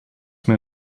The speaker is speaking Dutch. met